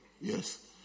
yes